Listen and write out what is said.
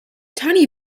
tiny